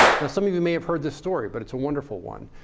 now some of you may have heard this story, but it's a wonderful one.